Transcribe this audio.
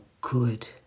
good